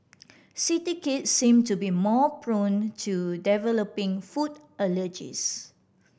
city kids seem to be more prone to developing food allergies